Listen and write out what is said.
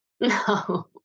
No